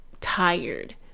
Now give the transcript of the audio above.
tired